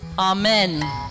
Amen